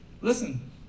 Listen